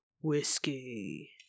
whiskey